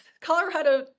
Colorado